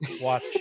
Watch